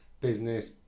business